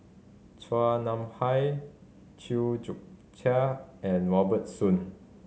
Chua Nam Hai Chew Joo Chiat and Robert Soon